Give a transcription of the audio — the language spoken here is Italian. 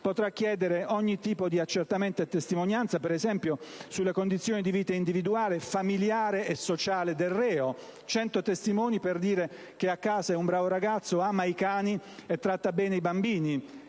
potrà chiedere ogni tipo di accertamento e testimonianza, per esempio, sulle condizioni di vita individuale, familiare e sociale del reo; potrà convocare 100 testimoni per dire che a casa è un bravo ragazzo, ama i cani e tratta bene i bambini